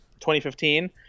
2015